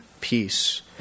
peace